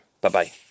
Bye-bye